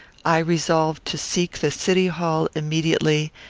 i resolved to seek the city hall immediately,